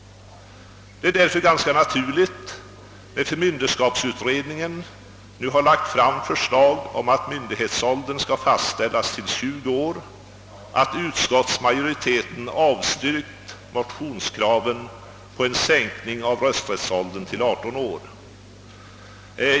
Det är därför ganska naturligt, när förmynderskapsutredningen nu lagt fram förslag om att myndighetsåldern skall fastställas till 20 år, att utskottsmajoriteten avstyrkt motionskraven på en sänkning av rösträttsåldern till 18 år.